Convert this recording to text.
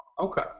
Okay